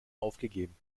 aufgegeben